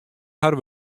har